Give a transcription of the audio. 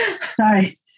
Sorry